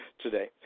today